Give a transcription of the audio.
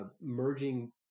merging